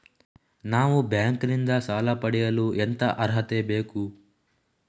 ನಾವು ಬ್ಯಾಂಕ್ ನಿಂದ ಸಾಲ ಪಡೆಯಲು ಎಂತ ಅರ್ಹತೆ ಬೇಕು?